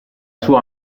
sua